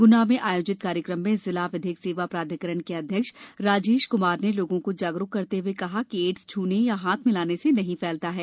गुना में आयोजित कार्यक्रम में जिला विधिक सेवा प्राधिकरण के अध्यक्ष राजेश कुमार ने लोगों को जागरूक करते हुए कहा कि एड्स छूने या हाथ मिलाने से नहीं फैलता है